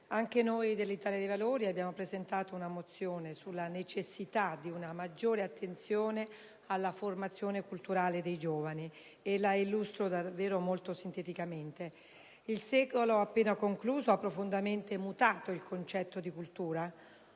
Gruppo dell'Italia dei Valori ha presentato una mozione sulla necessità di una maggiore attenzione alla formazione culturale dei giovani e la illustro ora molto sinteticamente. Il secolo appena concluso ha profondamente mutato il concetto di cultura.